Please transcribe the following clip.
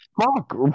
Fuck